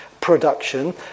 production